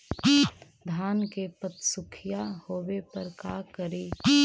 धान मे पत्सुखीया होबे पर का करि?